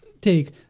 take